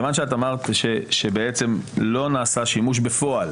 מכיוון שאמרת שלא נעשה שימוש בפועל